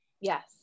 Yes